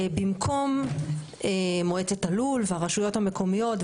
במקום מועצת הלול והרשויות המקומיות,